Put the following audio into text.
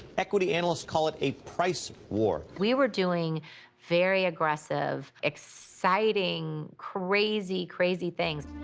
equity analysts call it a price war. we were doing very aggressive, exciting, crazy, crazy things.